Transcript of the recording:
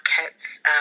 cats